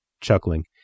chuckling